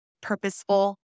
purposeful